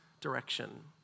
direction